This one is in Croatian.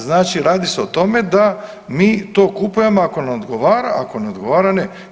Znači radi se o tome da mi to kupujemo ako odgovara, ako ne odgovara ne.